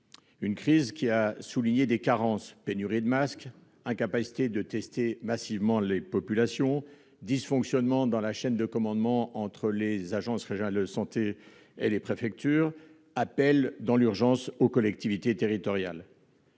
Cette crise a souligné des carences : pénurie de masques, incapacité de tester massivement les populations, dysfonctionnements dans la chaîne de commandement entre les agences régionales de santé et les préfectures, appels dans l'urgence aux collectivités territoriales.